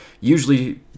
usually